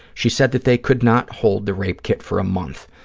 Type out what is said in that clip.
she said that they could not hold the rape kit for a month,